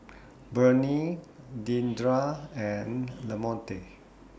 Bennie Deandre and Lamonte